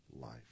life